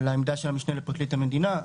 על העמדה של המשנה לפרקליט המדינה.